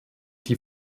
die